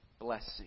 blessing